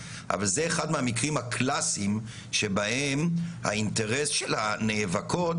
אבל זה אחד מהמקרים הקלאסיים שבהם האינטרס של הנאבקות